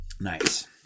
Nice